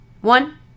One